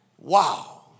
Wow